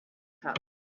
cup